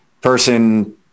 person